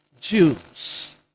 Jews